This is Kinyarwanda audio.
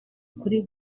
kuri